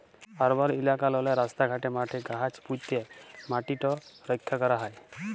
আরবাল ইলাকাললে রাস্তা ঘাটে, মাঠে গাহাচ প্যুঁতে ম্যাটিট রখ্যা ক্যরা হ্যয়